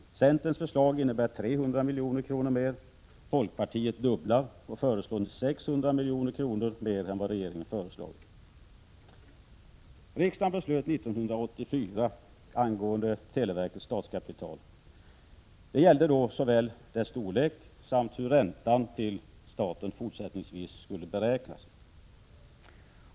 Centerns förslag innebär 300 milj.kr. mer, folkpartiet dubblar och föreslår 600 milj.kr. mer än vad regeringen föreslagit. Riksdagen fattade beslut 1984 angående televerkets statskapital. Det gällde då statskapitalets storlek samt hur räntan till staten fortsättningsvis skulle beräknas.